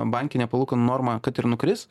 bankinė palūkanų norma kad ir nukris